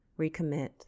recommit